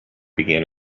began